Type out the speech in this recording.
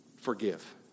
forgive